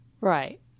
Right